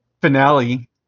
finale